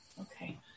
okay